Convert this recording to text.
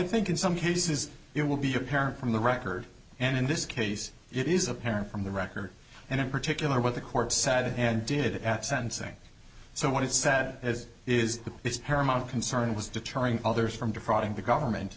think in some cases it will be apparent from the record and in this case it is apparent from the record and in particular what the court said and did at sentencing so what is said as is is paramount concern was deterring others from defrauding the government